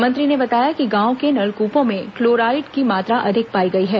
मंत्री ने बताया कि गांव के नलकूपों में क्लोराइड की मात्रा अधिक पाई गई है